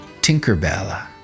Tinkerbell